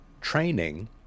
training